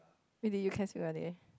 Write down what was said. really you